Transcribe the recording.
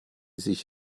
sich